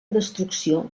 destrucció